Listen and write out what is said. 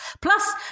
Plus